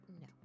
no